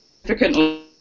significantly